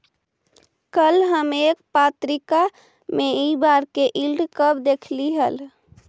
कल हम एक पत्रिका में इ बार के यील्ड कर्व देखली हल